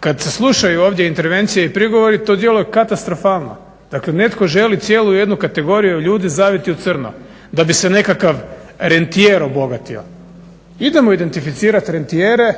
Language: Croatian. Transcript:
Kad se slušaju ovdje intervencije i prigovori to djeluje katastrofalno. Dakle, netko želi cijelu jednu kategoriju ljudi zaviti u crno da bi se nekakav rentijer obogatio. Idemo identificirati rentijere,